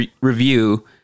review